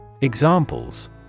Examples